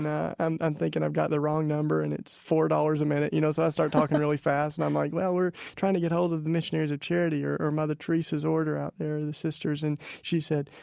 and i'm thinking i've got the wrong number and it's four dollars a minute, you know? so i started talking really fast. and i'm like, well, we're trying to get hold of the missionaries of charity or or mother teresa's order out there, the sisters and she said,